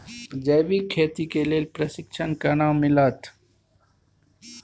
जैविक खेती के लेल प्रशिक्षण केना मिलत?